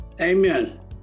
Amen